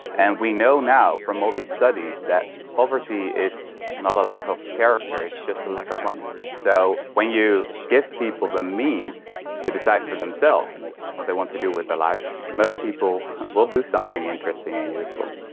and we know now from all these studies that poverty is not a lack of character, it's just a lack of money. so when you give people the means to decide for themselves what they want to do with their lives, most people will do something interesting and useful.